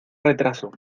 retraso